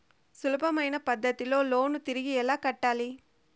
సులభమైన పద్ధతిలో లోను తిరిగి ఎలా కట్టాలి